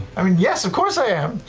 i mean, yes, of course i am.